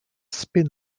spin